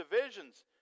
divisions